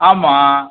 ஆமாம்